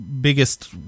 biggest